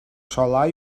solar